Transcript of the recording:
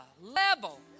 level